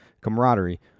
Camaraderie